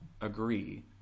agree